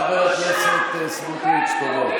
חברת הכנסת תומא סלימאן, תודה רבה.